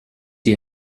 ihr